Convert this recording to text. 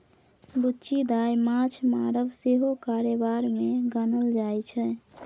बुच्ची दाय माँछ मारब सेहो कारोबार मे गानल जाइ छै